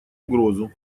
угрозу